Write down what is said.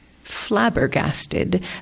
flabbergasted